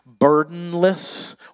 burdenless